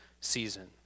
season